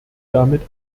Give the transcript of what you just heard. damit